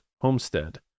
homestead